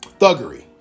Thuggery